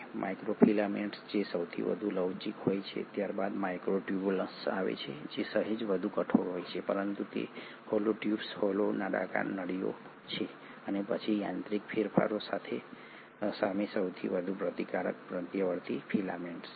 microfilaments જે સૌથી વધુ લવચીક હોય છે ત્યારબાદ માઇક્રોટ્યુબ્યુલ્સ આવે છે જે સહેજ વધુ કઠોર હોય છે પરંતુ તે હોલો ટ્યુબ્સ હોલો નળાકાર નળીઓ છે અને પછી યાંત્રિક ફેરફારો સામે સૌથી વધુ પ્રતિરોધક મધ્યવર્તી ફિલામેન્ટ્સ છે